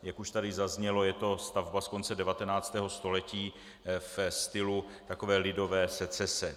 Jak už tady zaznělo, je to stavba z konce 19. století ve stylu takové lidové secese.